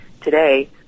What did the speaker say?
today